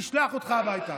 לשלוח אותך הביתה.